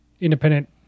independent